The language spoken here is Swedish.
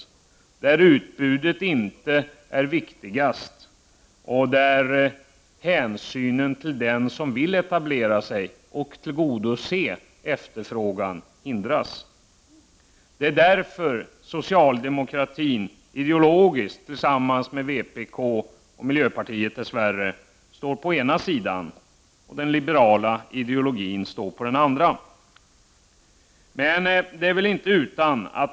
Där är inte utbudet viktigast, och där hindras hänsynen till den som vill etablera sig och tillgodose efterfrågan. Det är därför socialdemokratin, tillsammans med vpk och miljöpartiet, ideologiskt dess värre står på ena sidan och de som omfattar den liberala ideologin på den andra.